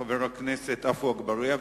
חבר הכנסת עפו אגבאריה,